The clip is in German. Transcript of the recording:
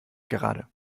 gerade